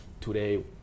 today